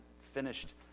finished